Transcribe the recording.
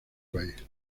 país